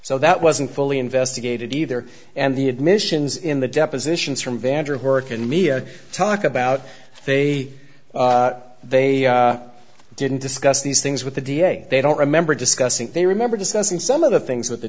so that wasn't fully investigated either and the admissions in the depositions from vandar who work in media talk about they they didn't discuss these things with the da they don't remember discussing it they remember discussing some of the things with the